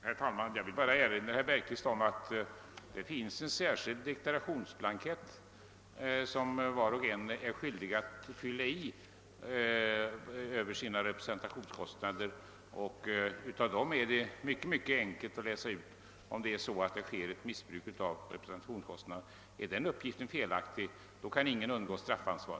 Herr talman! Jag vill bara erinra herr Bergqvist om att det finns en särskild deklarationsblankett, där varje arbetsgivare är skyldig att lämna uppgift om sina representationskostnader. Av denna är det mycket enkelt att läsa ut om det förekommit missbruk av represen tationskostnader. Om någon gjort sig skyldig till detta, kan vederbörande inte undgå straffansvar.